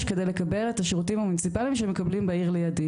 כדי לקבל את השירותים המוניציפליים שמקבלים בעיר לידי.